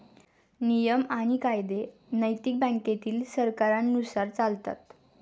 नियम आणि कायदे नैतिक बँकेतील सरकारांनुसार चालतात